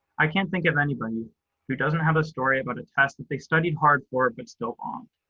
i can't think of anybody who doesn't have a story about a test that they studied hard for but still bombed.